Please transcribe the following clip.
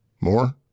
more